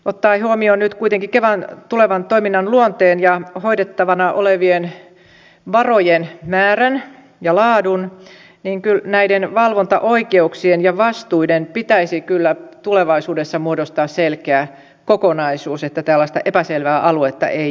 ottaen huomioon nyt kuitenkin kevan tulevan toiminnan luonteen ja hoidettavana olevien varojen määrän ja laadun näiden valvontaoikeuksien ja vastuiden pitäisi kyllä tulevaisuudessa muodostaa selkeä kokonaisuus että tällaista epäselvää aluetta ei jäisi